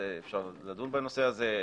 אפשר לדון בנושא הזה.